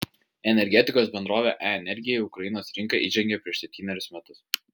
energetikos bendrovė e energija į ukrainos rinką įžengė prieš septynerius metus